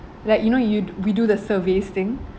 like you know you we do the surveys thing